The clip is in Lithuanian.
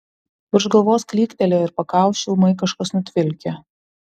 virš galvos klyktelėjo ir pakaušį ūmai kažkas nutvilkė